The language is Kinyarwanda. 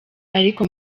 ariko